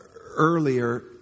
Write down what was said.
earlier